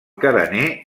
carener